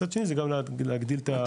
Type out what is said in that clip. מצד שני גם להגדיל את הקצב.